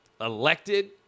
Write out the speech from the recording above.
elected